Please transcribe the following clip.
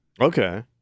Okay